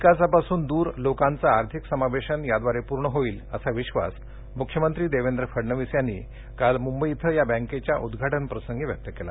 विकासापासून दूर लोकांचं आर्थिक समावेशन याद्वारे पूर्ण होईल असा विधास मुख्यमंत्री देवेंद्र फडणवीस यांनी काल मुंबई इथं या बँकेच्या उद्वाटनप्रसंगी च्यक्त केला